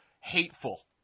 hateful